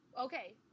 Okay